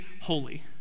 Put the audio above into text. holy